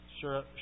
Sure